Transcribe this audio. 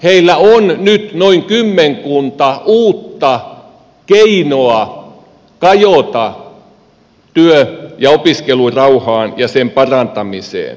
heillä on nyt noin kymmenkunta uutta keinoa kajota työ ja opiskelurauhaan ja sen parantamiseen